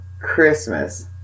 Christmas